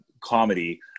comedy